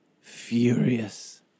furious